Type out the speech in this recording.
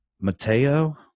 Mateo